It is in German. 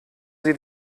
sie